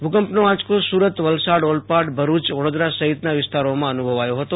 ભૂકંપનો આંયકો સુરત વલસાડ ઓલપાડ ભરૂચ વડોદરા સહિતના વિસ્તારોમાં અનુભવાયો હતો